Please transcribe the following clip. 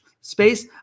space